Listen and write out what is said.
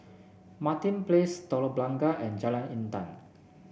Martin Place Telok Blangah and Jalan Intan